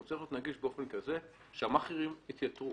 הוא צריך להיות נגיש באופן כזה שהמאכערים יתייתרו.